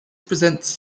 presents